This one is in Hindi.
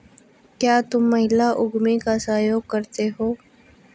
क्या तुम महिला उद्यमी का सहयोग करते हो?